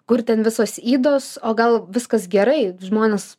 kur ten visos ydos o gal viskas gerai žmonės